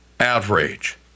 Outrage